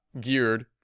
geared